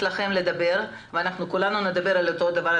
לכם לדבר וכולנו נדבר על אותו דבר,